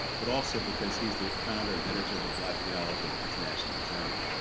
but also because he's the founder and editor of the black theology international journal,